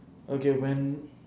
okay when